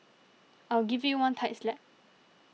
I'll give you one tight slap